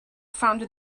founded